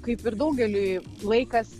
kaip ir daugeliui laikas